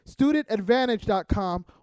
StudentAdvantage.com